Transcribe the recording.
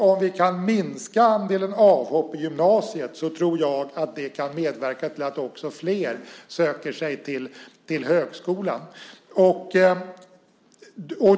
Om vi kan minska andelen avhopp i gymnasiet tror jag att det kan medverka till att flera söker sig till högskolan.